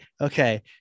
okay